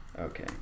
okay